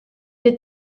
les